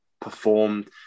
performed